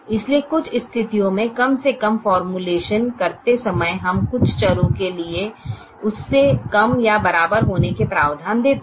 इसलिए कुछ स्थितियों में कम से कम फॉर्मूलेशन करते समय हम कुछ चरों के लिए उससे कम या बराबर के होने का प्रावधान देते हैं